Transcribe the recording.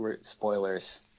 spoilers